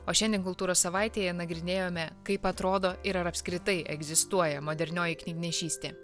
o šiandien kultūros savaitėje nagrinėjome kaip atrodo ir ar apskritai egzistuoja modernioji knygnešystė